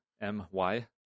M-Y